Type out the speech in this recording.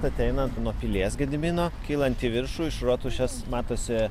ateinant nuo pilies gedimino kylant į į viršų iš rotušės matosi